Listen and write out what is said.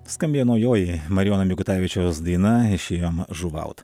skambėjo naujoji marijono mikutavičiaus daina išėjom žuvaut